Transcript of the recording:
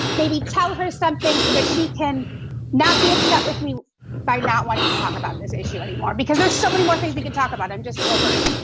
maybe tell her something, so that she can not be upset with me by not wanting to talk about this issue anymore. because there's so many more things we can talk about. i'm just over it.